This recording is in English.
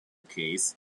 case